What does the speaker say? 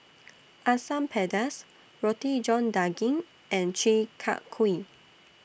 Asam Pedas Roti John Daging and Chi Kak Kuih